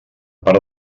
part